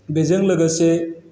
बेजों लोगोसे